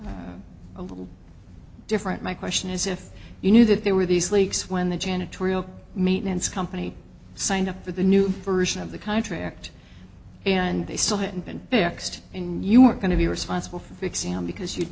is a little different my question is if you knew that there were these leaks when the janitorial maintenance company signed up for the new version of the contract and they still hadn't been fixed and you were going to be responsible for fixing them because